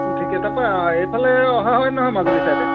ঠিকে তাতে এইফালে অহা হয় নহয় মাজুলী ছাইডে